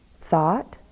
thought